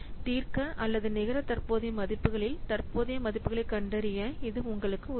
தீர்க்க அல்லது நிகர தற்போதைய மதிப்புகளில் தற்போதைய மதிப்புகளைக் கண்டறிய இது உங்களுக்கு உதவும்